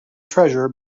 treasure